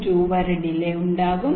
2 വരെ ഡിലെ ഉണ്ടാകും